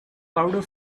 powder